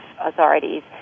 authorities